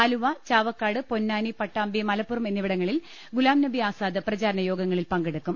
ആലുവ ചാവക്കാട് പൊന്നാനി പട്ടാമ്പി മലപ്പുറം എന്നിവിടങ്ങ ളിൽ ഗുലാംനബി ആസാദ് പ്രചാരണയോഗങ്ങളിൽ പങ്കെടുക്കും